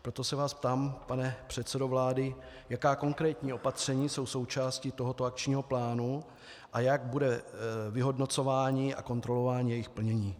Proto se vás ptám, pane předsedo vlády, jaká konkrétní opatření jsou součástí tohoto akčního plánu a jaké bude vyhodnocování a kontrola jejich plnění.